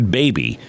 baby